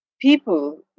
People